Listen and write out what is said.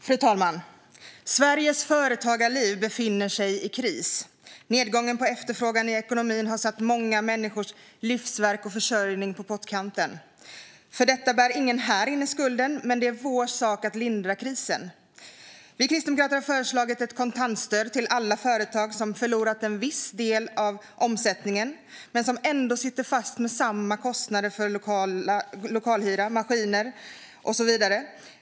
Fru talman! Sveriges företagarliv befinner sig i kris. Nedgången på efterfrågan i ekonomin har satt många människors livsverk och försörjning på pottkanten. För detta bär ingen här inne skulden, men det är vår sak att lindra krisen. Vi kristdemokrater har föreslagit ett kontantstöd till alla företag som förlorat en viss del av omsättningen men sitter fast med samma kostnader för lokalhyra, maskiner och så vidare.